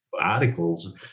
articles